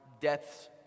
death's